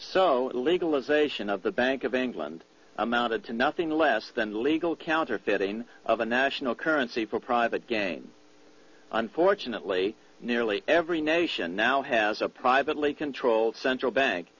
so legalisation of the bank of england amounted to nothing less than legal counterfeiting of a national currency for private gain unfortunately nearly every nation now has a privately controlled central bank